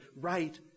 right